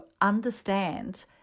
understand